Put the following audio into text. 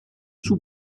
sous